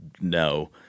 No